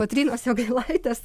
kotrynos jogailaitės